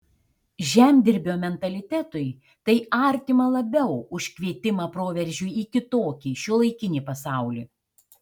žemdirbio mentalitetui tai artima labiau už kvietimą proveržiui į kitokį šiuolaikinį pasaulį